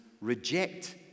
reject